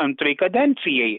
antrai kadencijai